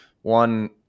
one